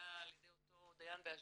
שהיה על ידי אותו דיין באשדוד,